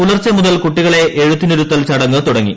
പുലർച്ചെ മുതൽ കുട്ടികളെ എഴുത്തിനിരുത്തൽ ചടങ്ങ് തുടങ്ങി